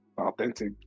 authentic